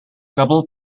double